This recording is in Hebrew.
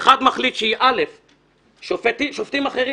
אני